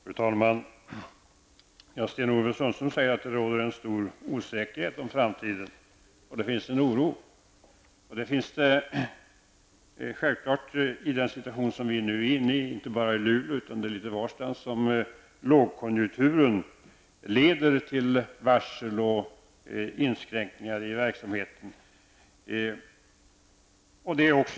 Fru talman! Sten-Ove Sundström säger att man känner stor osäkerhet om framtiden och att det råder oro. Det är ju naturligtvis så att lågkonjunkturen leder till varsel och inskränkningar i verksamheten, inte bara i Luleå utan litet varstans.